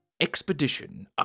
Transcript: Expedition